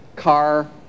car